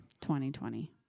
2020